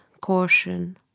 caution